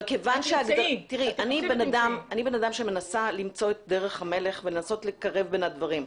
אבל כיוון שאני בן אדם שמנסה למצוא את דרך המלך ולנסות לקרב בין הדברים,